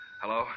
Hello